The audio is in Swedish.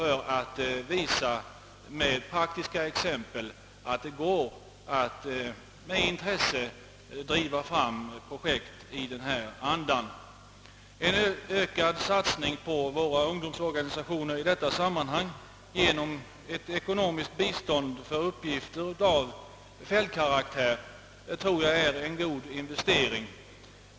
Detta praktiska exempel visar att det går att med intresse driva fram projekt i denna anda. En ökad satsning på våra ungdomsorganisationer i detta sammanhang genom ett ökat bistånd för uppgifter av fältkaraktär tror jag är en god investering.